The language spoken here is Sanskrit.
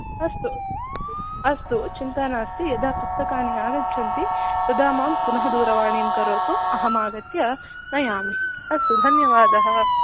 अस्तु अस्तु चिन्ता नास्ति यदा पुस्तकानि आगच्छन्ति तदा मां पुनः दूरवाणीं करोतु अहम् आगत्य नयामि अस्तु धन्यवादः